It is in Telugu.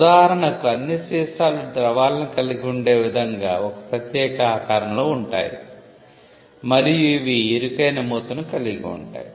ఉదాహరణకు అన్ని సీసాలు ద్రవాలను కలిగి ఉండే విధంగా ఒక ప్రత్యేక ఆకారంలో ఉంటాయి మరియు ఇవి ఇరుకైన మూతను కలిగి ఉంటాయి